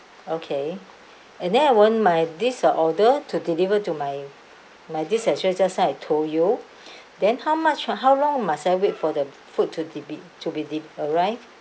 okay and then I want my these uh order to deliver to my my this address just now I told you then how much how long must I wait for the food to de be to be arrived